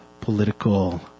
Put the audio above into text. political